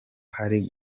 hari